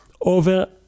over